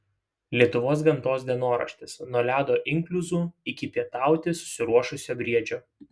lietuvos gamtos dienoraštis nuo ledo inkliuzų iki pietauti susiruošusio briedžio